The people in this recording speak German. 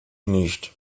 nicht